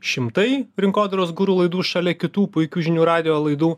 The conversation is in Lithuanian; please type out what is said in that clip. šimtai rinkodaros guru laidų šalia kitų puikių žinių radijo laidų